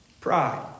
Pride